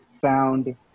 found